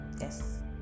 Yes